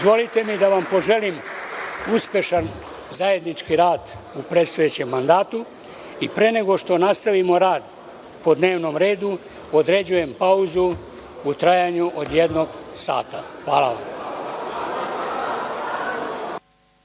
mi da vam poželim uspešan zajednički rad u predstojećem mandatu. Pre nego što nastavimo rad po dnevnom redu, određujem pauzu u trajanju od jednog sata. Hvala. Ovaj